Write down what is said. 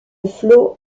flot